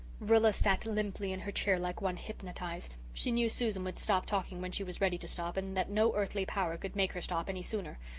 rilla sat limply in her chair like one hypnotized. she knew susan would stop talking when she was ready to stop and that no earthly power could make her stop any sooner.